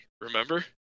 remember